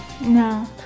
no